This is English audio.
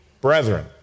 brethren